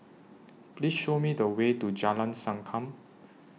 Please Show Me The Way to Jalan Sankam